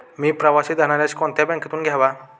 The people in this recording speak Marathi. मी प्रवासी धनादेश कोणत्या बँकेतून घ्यावा?